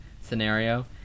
scenario